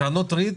קרנות ריט